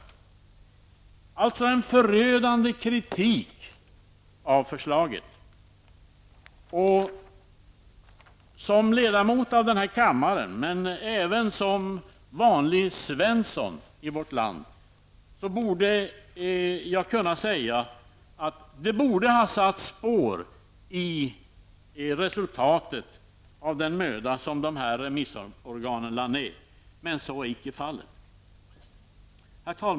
Alltså en förödande kritik av förslaget. Som ledamot av denna kammare men även som vanlig Svensson i vårt land vill jag säga att den möda som dessa remissorgan har lagt ned borde ha satt spår i resultatet, men så är icke fallet.